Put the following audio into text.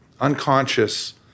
unconscious